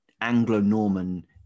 Anglo-Norman